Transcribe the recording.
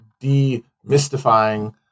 demystifying